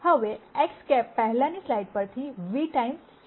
હવેX̂ પહેલાની સ્લાઇડ પર થી v ટાઈમ્સ c